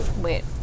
Wait